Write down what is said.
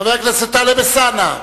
חבר הכנסת טלב אלסאנע,